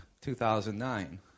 2009